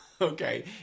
Okay